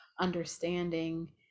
understanding